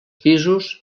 pisos